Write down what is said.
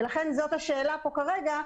ולכן זאת השאלה פה כרגע.